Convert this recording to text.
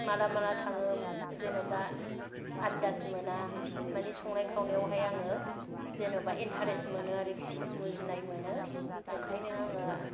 माला माला थाङो जेन'बा आनदाज मोना मानि संनाय खावनायावहाय आङो जेन'बा इन्थारेस्ट मोनो आरोखि मुजिनाय मोनो ओंखायनो आङो